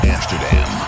Amsterdam